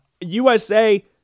USA